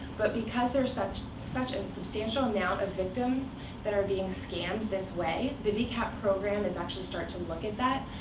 but because there's such such a substantial amount of victims that are being scammed this way, the vcap program is actually to and look at that,